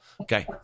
Okay